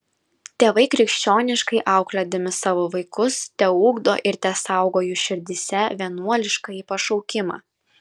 tėvai krikščioniškai auklėdami savo vaikus teugdo ir tesaugo jų širdyse vienuoliškąjį pašaukimą